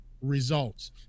results